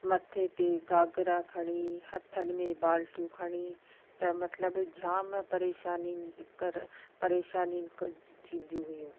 मथे ते घाघरा खणी हथनि में बालटियूं खणी त मतिलबु जाम परेशानियुनि कर परेशानियूं थींदियूं हुयूं